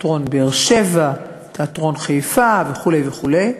תיאטרון באר-שבע, תיאטרון חיפה וכו' וכו';